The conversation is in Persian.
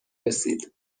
رسید